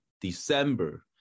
December